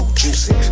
juicy